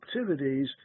activities